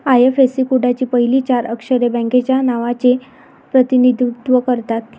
IFSC कोडची पहिली चार अक्षरे बँकेच्या नावाचे प्रतिनिधित्व करतात